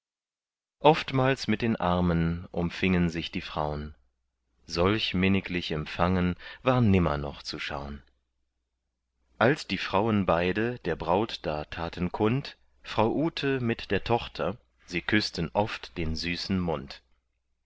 oftmals mit den armen umfingen sich die fraun solch minniglich empfangen war nimmer noch zu schaun als die frauen beide der braut da taten kund frau ute mit der tochter sie küßten oft den süßen mund